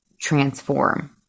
transform